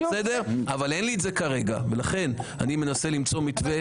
אבל אין לי את זה כרגע ולכן אני מנסה למצוא מתווה.